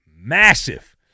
massive